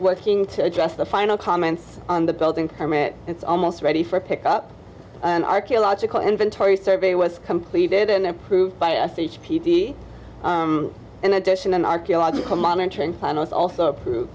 working to address the final comments on the building permit it's almost ready for pick up an archaeological inventory survey was completed and approved by a p t in addition an archaeological monitoring panels also approved